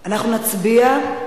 אנחנו נצביע.